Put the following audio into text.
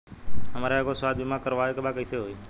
हमरा एगो स्वास्थ्य बीमा करवाए के बा कइसे होई?